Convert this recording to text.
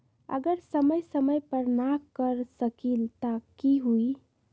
अगर समय समय पर न कर सकील त कि हुई?